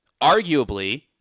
Arguably